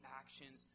actions